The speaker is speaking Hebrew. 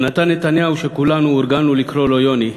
יונתן נתניהו, שכולנו הורגלנו לקרוא לו יוני,